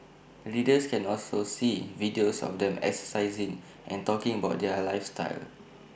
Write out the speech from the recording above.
readers can also see videos of them exercising and talking about their lifestyle